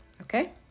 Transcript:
Okay